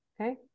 okay